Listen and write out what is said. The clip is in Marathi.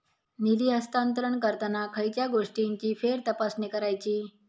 निधी हस्तांतरण करताना खयच्या गोष्टींची फेरतपासणी करायची?